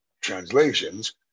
translations